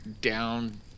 down